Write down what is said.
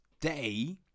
day